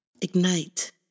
ignite